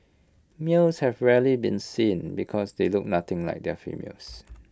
males have rarely been seen because they look nothing like the females